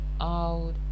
out